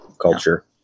culture